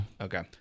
Okay